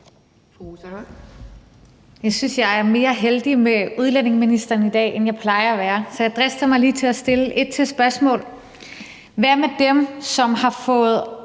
Jeg synes, jeg er mere heldig med udlændingeminister i dag, end jeg plejer at være, så jeg drister mig lige til at stille et spørgsmål til: Hvad med dem, som har fået